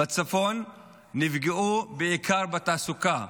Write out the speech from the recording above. נפגעו בעיקר בתעסוקה.